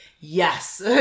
yes